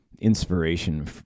inspiration